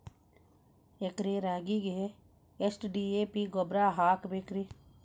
ಎಕರೆ ರಾಗಿಗೆ ಎಷ್ಟು ಡಿ.ಎ.ಪಿ ಗೊಬ್ರಾ ಹಾಕಬೇಕ್ರಿ?